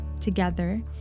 together